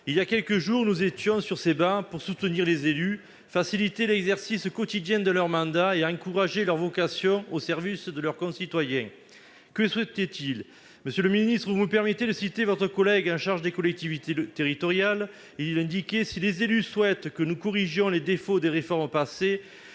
Il y a quelques jours, nous étions sur ces travées pour soutenir les élus, faciliter l'exercice quotidien de leur mandat et encourager leur vocation, au service de leurs concitoyens. Que souhaitent-ils ? Monsieur le ministre, vous me permettrez de citer votre collègue chargé des collectivités territoriales :« Si les élus souhaitent que nous corrigions les défauts des réformes passées,